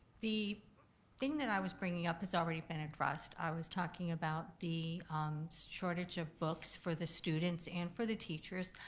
the thing that i was bringing up has already been addressed. i was talking about the shortage of books for the students and for the teachers.